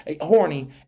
horny